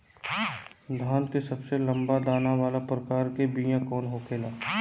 धान के सबसे लंबा दाना वाला प्रकार के बीया कौन होखेला?